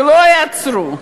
שלא יעצרו,